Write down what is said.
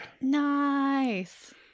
Nice